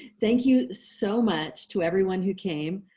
thank you so much, to everyone who came.